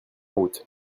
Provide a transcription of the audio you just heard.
route